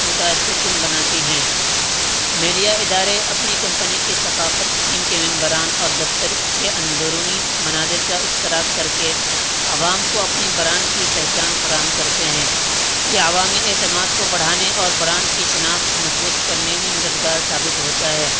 متاثر کن بناتی ہیں میڈیا ادارے اپنی کمپنی کی ثقافت ٹیم کے ممبران اور دفتر کے اندرونی مناظر کا اشتراک کر کے عوام کو اپنی برانڈ کی پہچان فراہم کرتے ہیں یا عوامی اعتماد کو بڑھانے اور برانڈ کی شناخت کو مضبوط کرنے میں مددگار ثابت ہوتا ہے